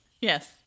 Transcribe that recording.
Yes